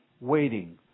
waiting